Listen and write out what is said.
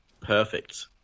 perfect